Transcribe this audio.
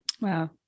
Wow